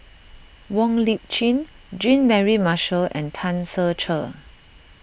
Wong Lip Chin Jean Mary Marshall and Tan Ser Cher